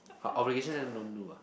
how obligation then don't do uh